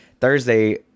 Thursday